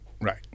right